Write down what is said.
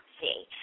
see